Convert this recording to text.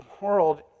world